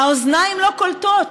האוזניים לא קולטות.